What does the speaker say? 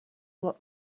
what